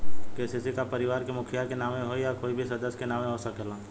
KCC का परिवार के मुखिया के नावे होई या कोई भी सदस्य के नाव से हो सकेला?